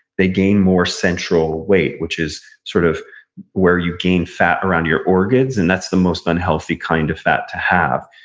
they gain more central weight, which is sort of where you gain fat around your organs, and that's the most unhealthy kind of fat to have.